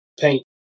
paint